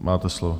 Máte slovo.